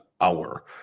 hour